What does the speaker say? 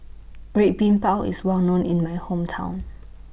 Red Bean Bao IS Well known in My Hometown